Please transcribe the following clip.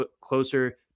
closer